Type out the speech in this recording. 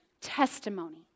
testimony